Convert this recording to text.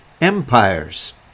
empires